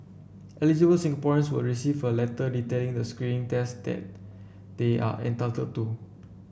eligible Singaporeans will receive a letter detailing the screening tests they are entitled to